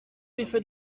l’effet